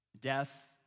death